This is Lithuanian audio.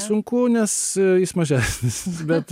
sunku nes jis mažesnis bet